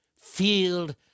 field